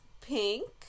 pink